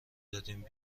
دادیم